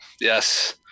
yes